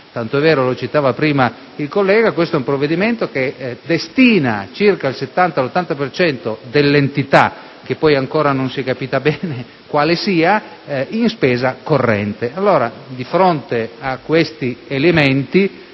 tanto è vero, come diceva prima il collega, che questo è un provvedimento che destina circa il 70-80 per cento dell'entità del tesoretto (che poi ancora non si è capito bene quale sia) in spesa corrente. Allora, di fronte a questi elementi,